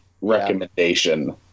recommendation